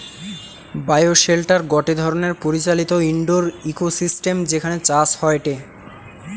bioshelter গটে ধরণের পরিচালিত ইন্ডোর ইকোসিস্টেম যেখানে চাষ হয়টে